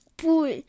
pool